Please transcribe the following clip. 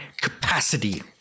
capacity